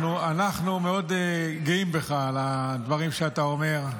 אנחנו מאוד גאים בך על הדברים שאתה אומר,